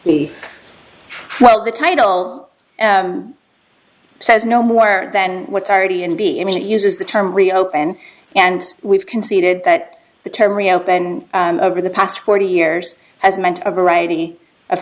the well the title says no more than what's already and b in it uses the term reopen and we've conceded that the term reopened over the past forty years has meant a variety of